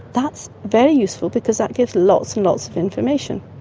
that's very useful because that gives lots and lots of information.